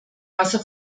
wasser